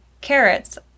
Carrots